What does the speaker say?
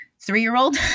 three-year-old